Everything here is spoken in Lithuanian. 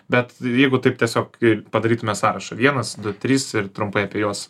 bet jeigu taip tiesiog padarytume sašą vienas du trys ir trumpai apie jos